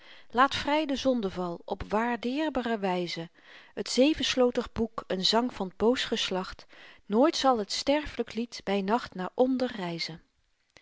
laat vry de zondenval op onwaardeerbre wyzen het zevenslotig boek een zang van t boos geslacht nooit zal het sterflyk lied by nacht naar